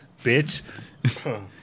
Bitch